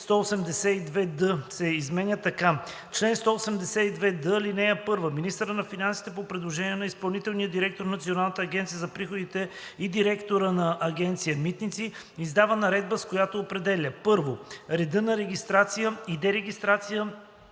182д се изменя така: „ Чл. 182д. (1) Министърът на финансите, по предложение на изпълнителния директор на Националната агенция за приходите и директора на Агенция „Митници“, издава наредба, с която определя: 1. реда за регистрация и дерегистрация